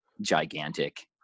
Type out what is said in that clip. gigantic